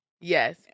Yes